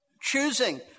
choosing